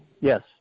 Yes